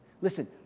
Listen